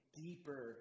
deeper